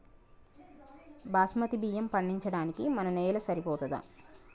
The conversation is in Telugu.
బాస్మతి బియ్యం పండించడానికి మన నేల సరిపోతదా?